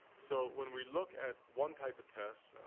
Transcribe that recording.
so when we look at one type of test, and